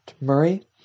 Murray